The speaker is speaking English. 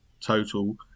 total